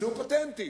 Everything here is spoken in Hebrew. ימצאו פטנטים,